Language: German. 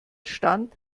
stand